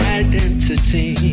identity